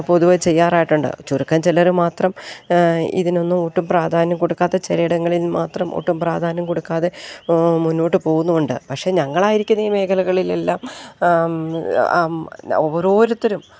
പൊതുവെ ചെയ്യാറായിട്ടുണ്ട് ചുരുക്കം ചിലർ മാത്രം ഇതിനൊന്നും ഒട്ടും പ്രാധാന്യം കൊടുക്കാത്ത ചിലയിടങ്ങളിൽ മാത്രം ഓട്ടും പ്രാധാന്യം കൊടുക്കാതെ മുന്നോട്ടു പോകുന്നുമുണ്ട് പക്ഷെ ഞങ്ങളായിരിക്കുന്ന ഈ മേഖലകളിലെല്ലാം ഓരോരുത്തരും